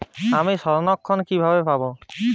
আমি স্বর্ণঋণ কিভাবে পাবো?